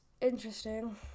interesting